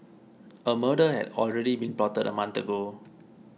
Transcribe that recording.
a murder had already been plotted a month ago